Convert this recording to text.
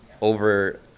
over